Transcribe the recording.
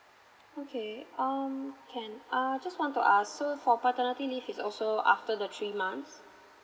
okay um can uh just want to ask so for paternity leave is also after the three months